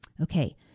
Okay